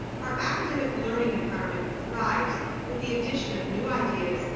our academic learning environment thrives with the addition of new ideas,